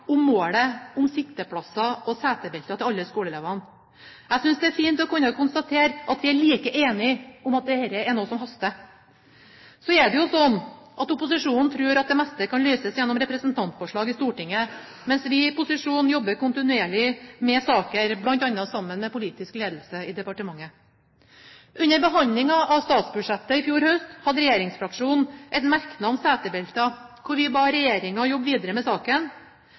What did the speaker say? målet om sitteplasser og setebelter til alle skoleelevene. Jeg synes det er fint å kunne konstatere at vi er like enige om at dette er noe som haster. Så er det jo sånn at opposisjonen tror at det meste kan løses gjennom representantforslag i Stortinget, mens vi i posisjon jobber kontinuerlig med saker, bl.a. sammen med politisk ledelse i departementet. Under behandlingen av statsbudsjettet i fjor høst hadde regjeringsfraksjonen en merknad om setebelter, hvor vi ba regjeringen jobbe videre med saken.